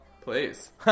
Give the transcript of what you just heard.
please